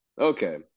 okay